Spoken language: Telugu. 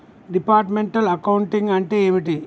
డిపార్ట్మెంటల్ అకౌంటింగ్ అంటే ఏమిటి?